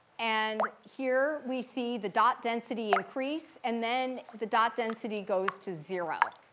and here we see the dot density increase. and then the dot density goes to zero.